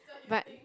but